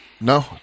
no